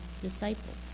disciples